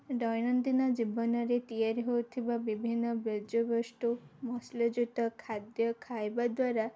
ଦୈନନ୍ଦିନ ଜୀବନରେ ତିଆରି ହେଉଥିବା ବିଭିନ୍ନ ବର୍ଜ୍ୟବସ୍ତୁ ମସଲଯୁକ୍ତ ଖାଦ୍ୟ ଖାଇବା ଦ୍ୱାରା